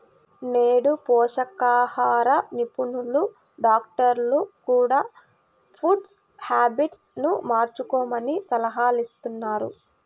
నేడు పోషకాహార నిపుణులు, డాక్టర్స్ కూడ ఫుడ్ హ్యాబిట్స్ ను మార్చుకోమని సలహాలిస్తున్నారు